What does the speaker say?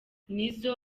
nizzo